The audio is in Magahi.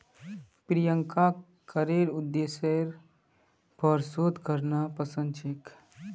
प्रियंकाक करेर उद्देश्येर पर शोध करना पसंद छेक